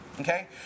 Okay